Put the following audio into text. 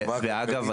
ואגב,